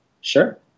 Sure